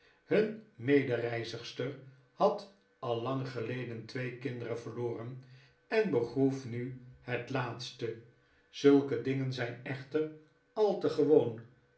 hun medereizigster had al lang geleden twee kinderen verloren en begroef nu het laatste zulke dingen zijn echter al te gewoon